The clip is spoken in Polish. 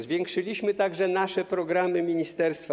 Zwiększyliśmy także programy ministerstwa.